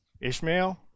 Ishmael